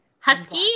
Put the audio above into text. Husky